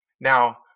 Now